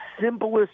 simplest